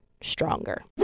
stronger